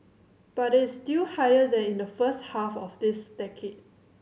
but it's still higher than in the first half of this decade